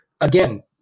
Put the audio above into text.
again